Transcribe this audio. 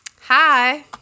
Hi